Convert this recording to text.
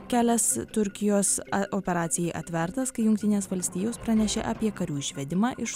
kelias turkijos operacijai atvertas kai jungtinės valstijos pranešė apie karių išvedimą iš